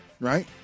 right